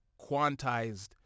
quantized